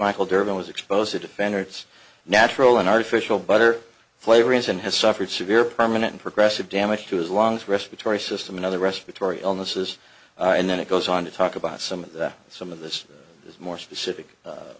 michael durbin was exposed to defender it's natural an artificial butter flavor is and has suffered severe permanent progressive damage to his lungs respiratory system and other respiratory illnesses and then it goes on to talk about some of the some of this as more specific